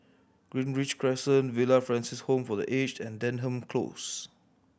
Greenridge Crescent Villa Francis Home for The Aged and Denham Close